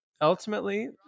Ultimately